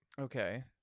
okay